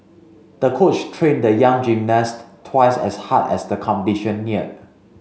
the coach trained the young gymnast twice as hard as the competition neared